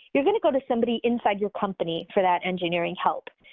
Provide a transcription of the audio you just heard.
you're going to go to somebody inside your company for that engineering help.